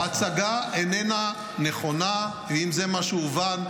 ההצגה איננה נכונה, ואם זה מה שהובן,